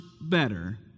better